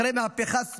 אחרי מהפכת סדום,